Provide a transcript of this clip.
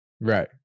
Right